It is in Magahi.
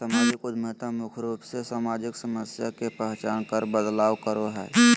सामाजिक उद्यमिता मुख्य रूप से सामाजिक समस्या के पहचान कर बदलाव करो हय